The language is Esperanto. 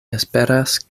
esperas